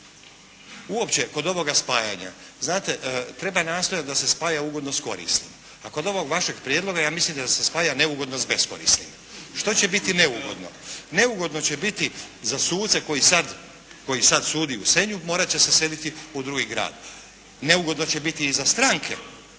Uopće, kod ovoga spajanja, znate treba nastojati da se spaja ugodno sa korisnim. A kod ovoga vašega prijedloga ja mislim da se spaja neugodno sa beskorisnim. Što će biti neugodno? Neugodno će biti za suce koji sada, koji sada sudi u Senju, morati će se seliti u drugi grad, neugodno će biti i za stranke,